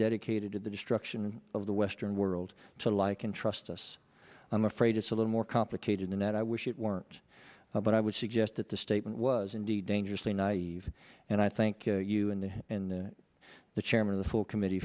dedicated to the destruction of the western world to like and trust us i'm afraid it's a little more complicated than that i wish it weren't but i would suggest that the statement was indeed dangerously naive and i thank you and the chairman of the full committee